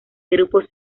grupos